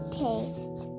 taste